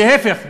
להפך,